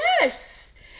yes